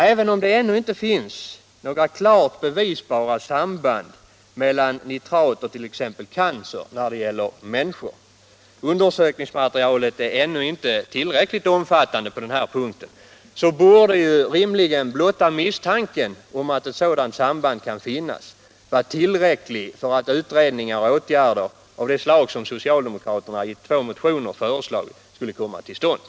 Även om det ännu inte finns några klart bevisbara samband mellan nitrat och t.ex. cancer hos människor — undersökningsmaterialet är ännu inte tillräckligt omfattande på denna punkt — så borde ju blotta misstanken om att ett sådant samband kan finnas vara tillräcklig för att utredningar och åtgärder av det slag som socialdemokraterna i två motioner föreslagit skulle komma till stånd.